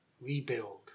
rebuild